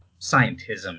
scientism